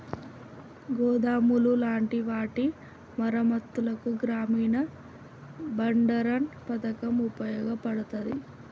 గోదాములు లాంటి వాటి మరమ్మత్తులకు గ్రామీన బండారన్ పతకం ఉపయోగపడతాది